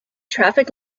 traffic